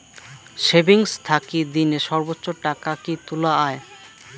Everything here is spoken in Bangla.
সেভিঙ্গস থাকি দিনে সর্বোচ্চ টাকা কি তুলা য়ায়?